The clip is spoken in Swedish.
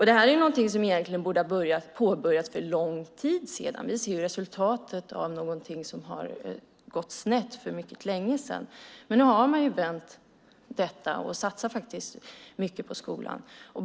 Det är något som egentligen borde ha påbörjats för en lång tid sedan. Vi ser resultatet av någonting som har gått snett för mycket länge sedan. Men nu har man vänt detta och satsar faktiskt mycket på skolan.